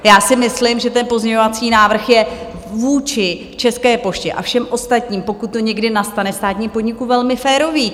Já si myslím, že ten pozměňovací návrh je vůči České poště a všem ostatním, pokud to někdy nastane, státním podnikům, velmi férový.